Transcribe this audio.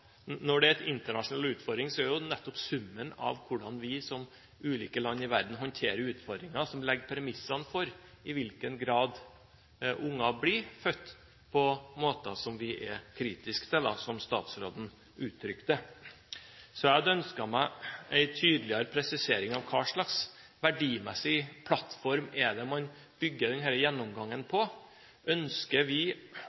hvordan vi som ulike land i verden håndterer utfordringen, som legger premissene for i hvilken grad unger blir født på måter som vi er kritiske til, som statsråden uttrykte det. Jeg hadde ønsket meg en tydeligere presisering av hva slags verdimessig plattform man bygger denne gjennomgangen på.